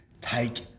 take